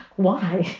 why,